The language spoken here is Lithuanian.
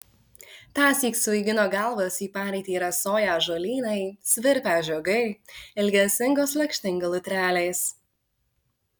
tąsyk svaigino galvas į parytį rasoją žolynai svirpią žiogai ilgesingos lakštingalų trelės